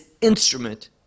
instrument